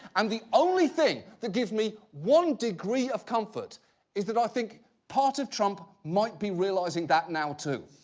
and the only thing that gives me one degree of comfort is that i think part of trump might be realizing that now too.